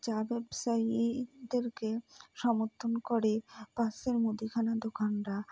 চা ব্যবসায়ীদেরকে সমর্থন করে পাশের মুদিখানার দোকানরা